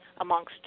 amongst